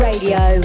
Radio